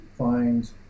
find